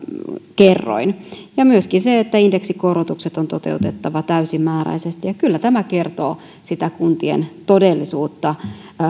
kerroin ja indeksikorotukset on toteutettava täysimääräisesti kyllä tämä kertoo sitä kuntien todellisuutta